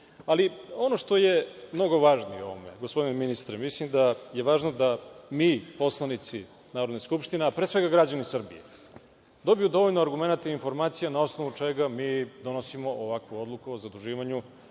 dugovi. Ono što je mnogo važnije ovde, gospodine ministre, mislim da je važno da mi poslanici Narodne skupštine, a pre svega građani Srbije dobiju dovoljno argumenata i informacija na osnovu čega mi donosimo ovakvu odluku o zaduživanju